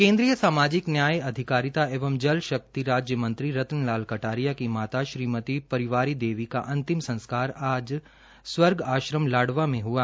केन्द्रीय सामाजिक न्याय अधिकारिता एंव जल शक्ति राज्य मंत्री रतन लाल कटारिया की मात श्रीमती परवारी देवी का अंतिम संस्कार आज स्वर्ग आश्रम लाडवा में हआ